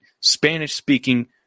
Spanish-speaking